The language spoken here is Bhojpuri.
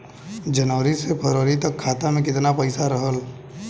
जनवरी से फरवरी तक खाता में कितना पईसा रहल?